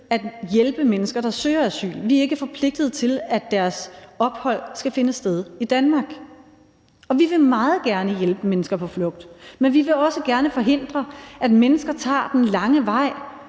at hjælpe mennesker, der søger asyl, men vi er ikke forpligtet til, at deres ophold skal finde sted i Danmark. Og vi vil meget gerne hjælpe mennesker på flugt, men vi vil også gerne forhindre, at mennesker tager den lange vej